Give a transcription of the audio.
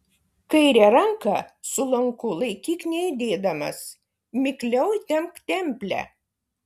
kairę ranką su lanku laikyk nejudėdamas mikliau įtempk templę